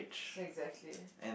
exactly